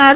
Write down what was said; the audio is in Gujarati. આર